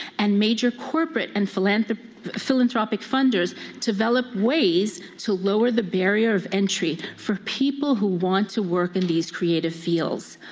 and major corporate and philanthropic philanthropic funders to develop ways to lower the barrier of entry for people who want to work in these creative fields.